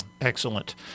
Excellent